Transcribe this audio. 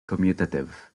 commutative